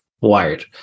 wired